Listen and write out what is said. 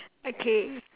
okay